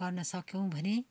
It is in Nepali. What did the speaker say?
गर्न सक्यौँ भने